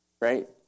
Right